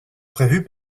prévues